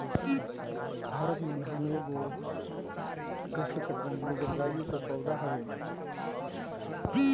भारत में धान एगो उष्णकटिबंधीय जलवायु के पौधा हवे